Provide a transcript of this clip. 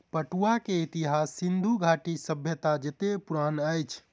पटुआ के इतिहास सिंधु घाटी सभ्यता जेतै पुरान अछि